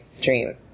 dream